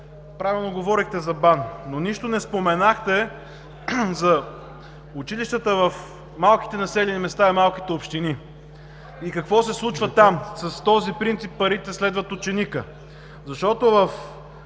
правилно говорехте за БАН, но нищо не споменахте за училищата в малките населени места и малките общини и какво се случва там с принципа „Парите следват ученика“. Във